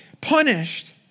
punished